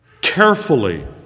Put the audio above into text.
carefully